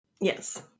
Yes